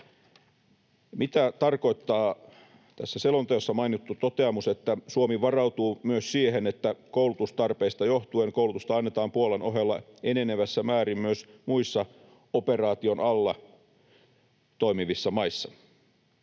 Mitä tarkoittaa tässä selonteossa mainittu toteamus, että Suomi varautuu myös siihen, että koulutustarpeista johtuen koulutusta annetaan Puolan ohella enenevässä määrin myös muissa operaation alla toimivissa maissa?